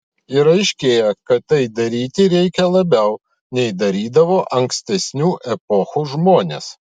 ir aiškėja kad tai daryti reikia labiau nei darydavo ankstesnių epochų žmonės